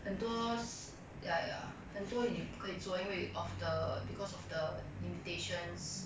很多 s~ ya ya 很多你也不可以做因为 of the because of the limitations